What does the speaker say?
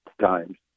times